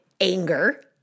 Anger